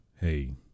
Hey